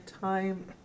time